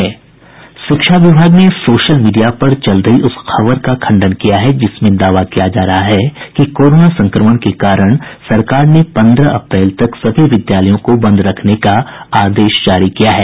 शिक्षा विभाग ने सोशल मीडिया पर चल रही उस खबर का खंडन किया है जिसमें दावा किया जा रहा है कि कोरोना संक्रमण के कारण सरकार ने पन्द्रह अप्रैल तक सभी विद्यालयों को बंद करने का आदेश जारी किया है